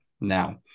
Now